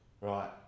Right